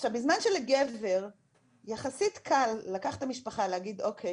עכשיו בזמן שלגבר יחסית קל לקחת את המשפחה ולהגיד "אוקיי,